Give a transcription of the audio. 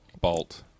Bolt